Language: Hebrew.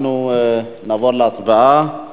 אנחנו נעבור להצבעה,